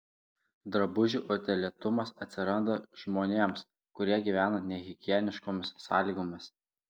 drabužių utėlėtumas atsiranda žmonėms kurie gyvena nehigieniškomis sąlygomis